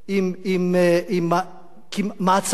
מעצמה אזורית.